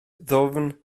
ddwfn